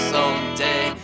Someday